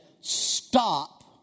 stop